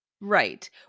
Right